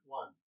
one